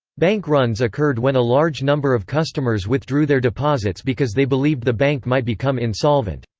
bank runs occurred when a large number of customers withdrew their deposits because they believed the bank might become insolvent.